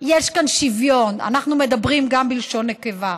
יש כאן שוויון, אנחנו מדברים גם בלשון נקבה.